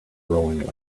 growing